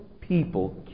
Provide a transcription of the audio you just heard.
people